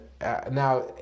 now